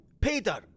Peter